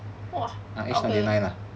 !wah! okay